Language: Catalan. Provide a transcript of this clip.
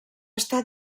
està